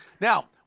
Now